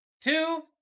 Two